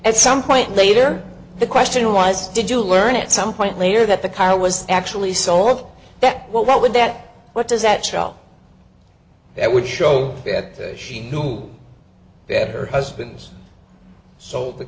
at some point later the question was did you learn it some point later that the car was actually sold that well what would that what does that show that would show that she knew their husband's so